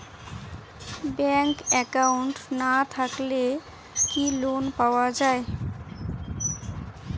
Bank account না থাকিলে কি লোন পাওয়া য়ায়?